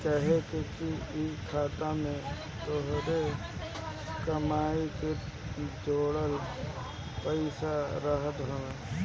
काहे से कि इ खाता में तोहरे कमाई के जोड़ल पईसा रहत हवे